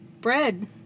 bread